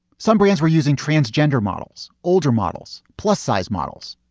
some brands were using transgender models, older models, plus sized models.